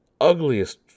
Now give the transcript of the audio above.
Ugliest